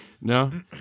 No